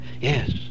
Yes